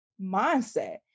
mindset